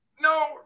No